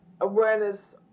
awareness